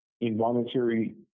involuntary